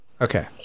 okay